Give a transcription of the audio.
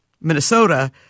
Minnesota